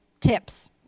tips